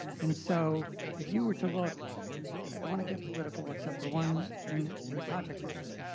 and so if you were to look i don't want to get political except for one in in the context of this.